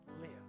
live